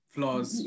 Flaws